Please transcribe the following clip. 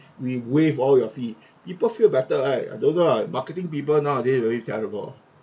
we waive all your fee people feel better right I don't know lah marketing people nowadays very terrible